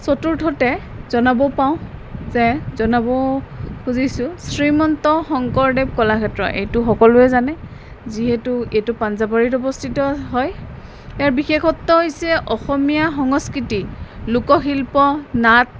চতুৰ্থতে জনাব পাওঁ যে জনাব খুজিছোঁ শ্ৰীমন্ত শংকৰদেৱ কলাক্ষেত্ৰ এইটো সকলোৱে জানে যিহেতু এইটো পাঞ্জাৱাৰীত অৱস্থিত হয় ইয়াৰ বিশেষত্ব হৈছে অসমীয়া সংস্কৃতি লোকশিল্প নাট